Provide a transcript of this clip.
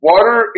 Water